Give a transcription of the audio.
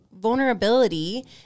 vulnerability